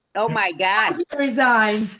oh, my god. resign.